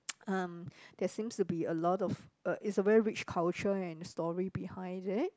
um there seems to be a lot of uh it's a very rich culture and story behind there